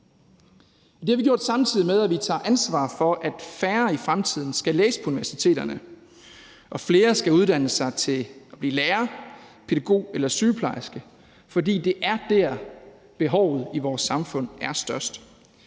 Det har vi gjort, samtidig med at vi tager ansvar for, at færre i fremtiden skal læse på universiteterne og flere skal uddanne sig til at blive lærer, pædagog eller sygeplejerske, for det er der, behovet i vores samfund er størst.